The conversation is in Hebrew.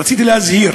רציתי להזהיר